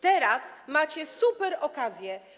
Teraz macie superokazję.